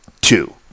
Two